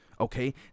Okay